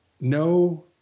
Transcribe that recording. No